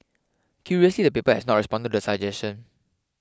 curiously the paper has not responded to this suggestion